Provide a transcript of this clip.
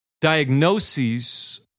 diagnoses